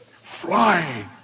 Flying